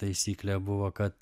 taisyklė buvo kad